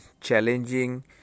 challenging